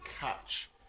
catch